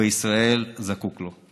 בישראל זקוק לו.